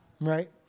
right